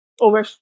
over